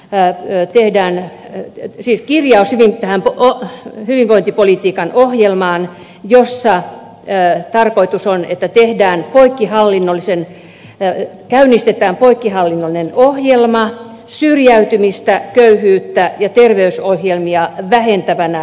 päätyö tehdään työ vigilia on ollut hyvinvointipolitiikan ohjelmaan jossa tarkoitus on että käynnistetään poikkihallinnollinen ohjelma syrjäytymistä köyhyyttä ja terveysongelmia vähentävä nä toimenpideohjelmana